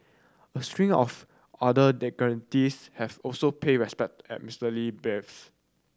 a stream of other dignitaries have also paid respect at Mister Lee biers